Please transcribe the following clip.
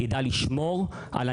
אנחנו צריכים לשמוע אותם,